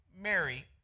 Mary